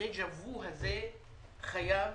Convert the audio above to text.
הדז'ה-וו הזה חייב